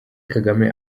kagame